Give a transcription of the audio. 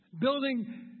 building